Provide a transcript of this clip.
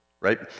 Right